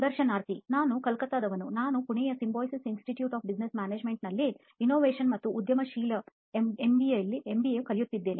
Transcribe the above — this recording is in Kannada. ಸಂದರ್ಶನಾರ್ಥಿನಾನು ಕಲ್ಕತ್ತಾದವನು ನಾನು ಪುಣೆಯ ಸಿಂಬಿಯೋಸಿಸ್ ಇನ್ಸ್ಟಿಟ್ಯೂಟ್ ಆಫ್ ಬಿಸಿನೆಸ್ ಮ್ಯಾನೇಜ್ಮೆಂಟ್ನಿಂದ ಇನ್ನೋವೇಶನ್ ಮತ್ತು ಉದ್ಯಮಶೀಲತೆಯಲ್ಲಿ ಎಂಬಿಎ ಕಲಿಯುತ್ತೀದ್ದೇನೆ